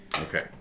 Okay